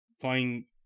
playing